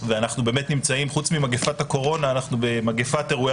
ואנו נמצאים חוץ ממגיפת הקורונה אנו במגפת אירועי